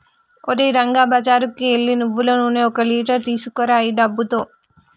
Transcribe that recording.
ఓరే రంగా బజారుకు ఎల్లి నువ్వులు నూనె ఒక లీటర్ తీసుకురా ఈ డబ్బుతో